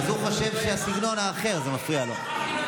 אז הוא חושב שהסגנון האחר, זה מפריע לו.